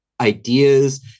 ideas